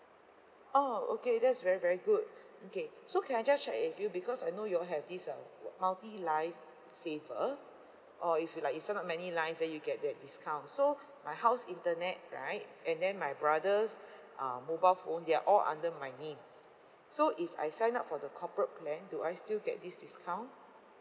!ow! okay that's very very good okay so can I just check with you because I know you all have this uh wha~ multi line saver or if you like you sign up many lines then you get that discount so my house internet right and then my brother's uh mobile phone they are all under my name so if I sign up for the corporate plan do I still get this discount